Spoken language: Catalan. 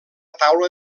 taula